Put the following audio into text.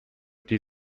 die